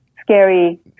scary